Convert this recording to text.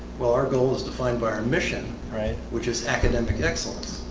well, our goal is defined by our mission, right which is academic excellence,